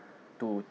to